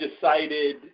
decided